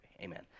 Amen